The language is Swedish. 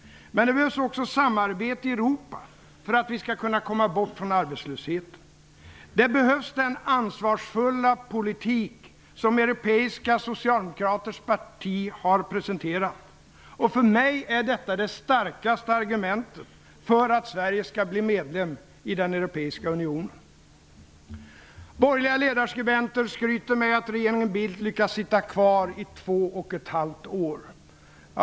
Men det behövs också samarbete i Europa för att vi skall kunna komma bort från arbetslösheten. Det behövs den ansvarsfulla politik som Europeiska socialdemokraters parti har presenterat. För mig är detta det starkaste argumentet för att Sverige skall bli medlem av den europeiska unionen. Borgerliga ledarskribenter skryter med att regeringen Bildt lyckats sitta kvar i två och ett halvt år.